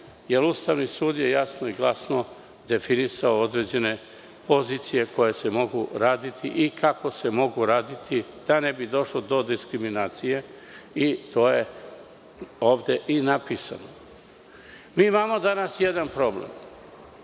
jer Ustavni sud je jasno i glasno definisao određene pozicije koje se mogu raditi i kako se mogu raditi, da ne bi došlo do diskriminacije i to je ovde i napisano. Mi imamo danas jedan problem.